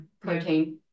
protein